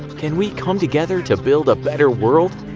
can we come together to build a better world?